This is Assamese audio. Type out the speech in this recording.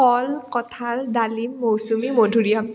কল কঁঠাল ডালিম মৌচুমী মধুৰিআম